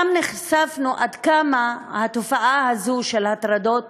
שם נחשף עד כמה התופעה הזאת של הטרדות